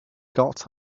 got